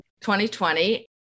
2020